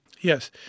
Yes